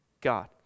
God